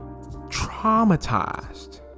traumatized